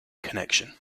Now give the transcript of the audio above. connection